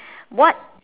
what